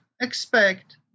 expect